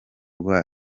rwa